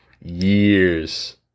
years